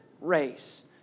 race